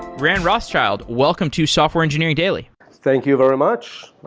ran rothschild, welcome to software engineering daily thank you very much.